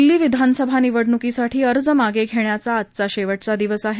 दिल्ली विधानसभा निवडणूकीसाठी अर्ज मागे घेण्याचा आजचा शेव आा दिवस आहे